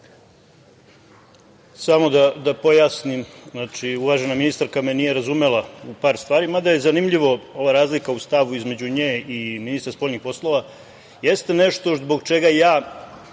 Samo da pojasnim. Uvažena ministarka me nije razumela o par stvari, mada je zanimljiva ova razlika u stavu između nje i ministra spoljnih poslova, jeste nešto zbog čega ja